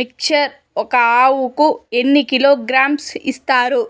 Mixture ఒక ఆవుకు ఎన్ని కిలోగ్రామ్స్ ఇస్తారు?